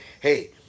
hey